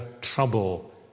trouble